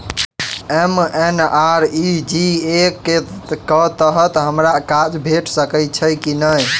MNREGA कऽ तहत हमरा काज भेट सकय छई की नहि?